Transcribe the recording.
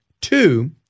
Two